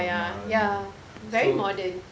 rumah ni so